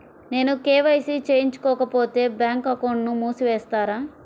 నేను కే.వై.సి చేయించుకోకపోతే బ్యాంక్ అకౌంట్ను మూసివేస్తారా?